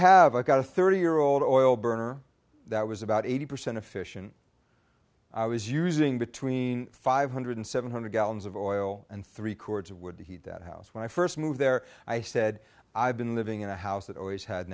have i got a thirty year old oil burner that was about eighty percent efficient i was using between five hundred seven hundred gallons of oil and three cords of wood to heat that house when i first moved there i said i've been living in a house that always had